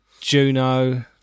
Juno